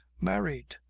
married.